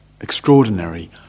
extraordinary